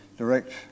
direct